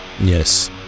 Yes